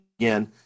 again